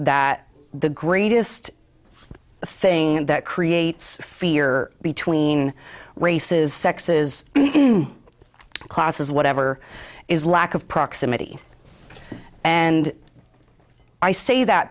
that the greatest thing that creates fear between races sexes classes whatever is lack of proximity and i say that